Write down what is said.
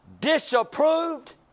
disapproved